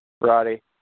Roddy